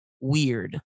weird